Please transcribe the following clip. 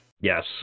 yes